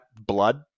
blood